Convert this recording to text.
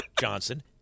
Johnson